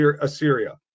Assyria